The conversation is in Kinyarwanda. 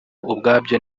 ubwabyo